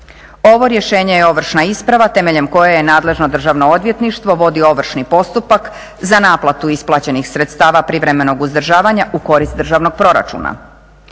Ovo rješenje je ovršna isprava temeljem koje je nadležno Državno odvjetništvo vodi ovršni postupak za naplatu isplaćenih sredstava privremenog uzdržavanja u korist državnog proračuna.